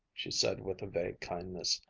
she said with a vague kindness,